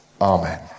Amen